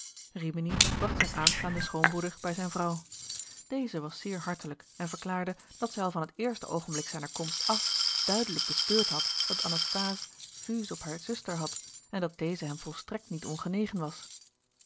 rimini bracht zijn aanstaanden schoonbroeder bij zijn vrouw deze was zeer hartelijk en verklaarde dat zij al van t eerste oogenblik zijner komst af duidelijk bespeurd had dat anasthase vues op hare zuster had en dat deze hem volstrekt niet ongenegen was